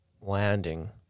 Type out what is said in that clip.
landing